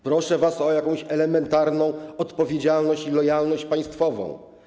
Proszę was o jakąś elementarną odpowiedzialność i lojalność państwową.